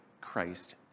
Christ